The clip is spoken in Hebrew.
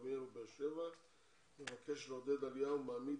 כרמיאל ובאר שבע ומבקש לעודד עלייה ומעמיד